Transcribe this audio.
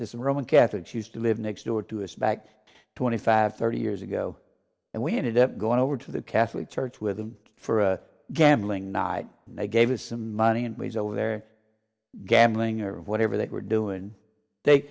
this roman catholic used to live next door to us back twenty five thirty years ago and we ended up going over to the catholic church with them for a gambling night and they gave us some money and was over there gambling or whatever they were doing they